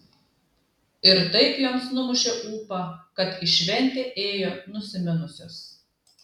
ir taip joms numušė ūpą kad į šventę ėjo nusiminusios